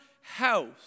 house